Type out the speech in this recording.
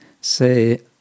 say